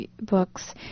books